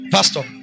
Pastor